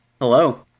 Hello